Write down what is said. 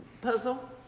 Puzzle